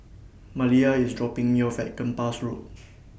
Maliyah IS dropping Me off At Kempas Road